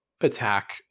attack